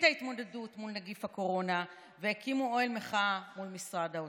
ההתמודדות מול נגיף הקורונה והקימו אוהל מחאה מול משרד האוצר.